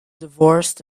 divorced